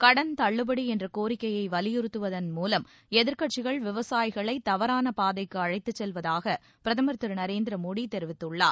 கடன் தள்ளுபடி என்ற கோரிக்கையை வலியுறுத்துவதன் மூலம் எதிர்க்கட்சிகள் விவசாயிகளை தவறான பாதைக்கு அழைத்துச் செல்வதாக பிரதமர் திரு நரேந்திர மோடி தெரிவித்துள்ளார்